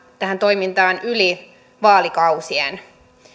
tähän toimintaan yli vaalikausien